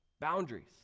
Boundaries